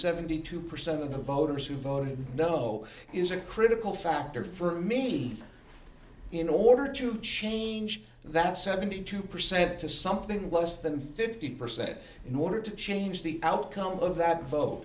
seventy two percent of the voters who voted no is a critical factor for me in order to change that seventy two percent to something less than fifty percent in order to change the outcome of that vote